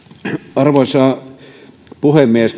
arvoisa puhemies